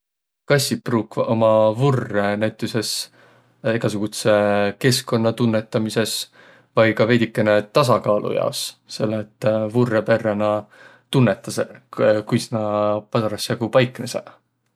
Kassiq pruukvaq uma vurrõ näütüses egäsugudsõ keskkunna tunnõtamisõs vai ka veidükene tasakaalu jaos. Selle et vurrõ perrä nä tunnõtasõq kuis nä parasjagu paiknõsõq